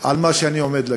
על מה שאני עומד להגיד.